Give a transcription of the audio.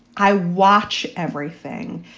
i watch everything.